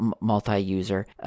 multi-user